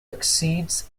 exceeds